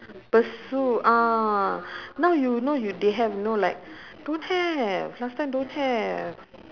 pursue ah now you know you they have you know like don't have last time don't have